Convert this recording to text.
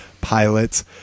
pilots